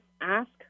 ask